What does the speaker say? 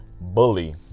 Bully